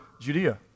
Judea